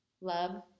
Love